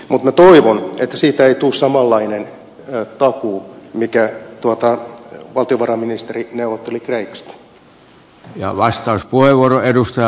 mutta minä toivon että siitä ei tule samanlainen takuu kuin minkä valtiovarainministeri neuvotteli kreikasta